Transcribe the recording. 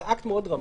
זה אקט מאוד דרמטי.